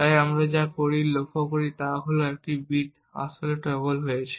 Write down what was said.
তাই আমরা এখানে যা লক্ষ্য করি তা হল এক বিট আসলে টগল হয়েছে